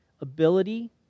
Ability